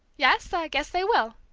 yes, i guess they will,